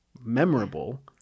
memorable